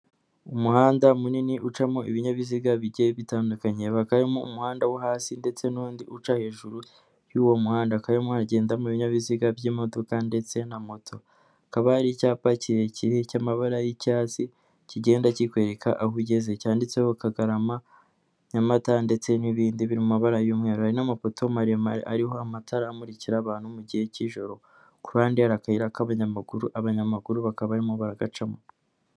Umuhanda munini ucamo ibinyabiziga bigiye bitandukanye, hakabamo umuhanda wo hasi ndetse n'undi uca hejuru y'uwo muhanda, karimo agenda mu ibinyabiziga by'imodoka ndetse na moto, hakaba hari icyapa kirekire cy'amabara y'icyatsi kigenda kikwereka aho ugeze, cyanditseho Kagarama, Nyamata ndetse n'ibindi biri mu mabara umweru hari n'amapoto maremare ariho amatara amurikira abantu mu gihe cy'ijoro kuruhade hari akayira akayira k'abanyamaguru, abanyamaguru bakaba barimo ba bagacamo.